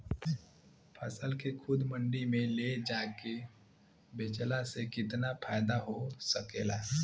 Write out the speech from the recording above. फसल के खुद मंडी में ले जाके बेचला से कितना फायदा हो सकेला?